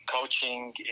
coaching